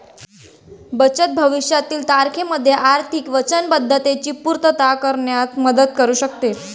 बचत भविष्यातील तारखेमध्ये आर्थिक वचनबद्धतेची पूर्तता करण्यात मदत करू शकते